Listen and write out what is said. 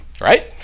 Right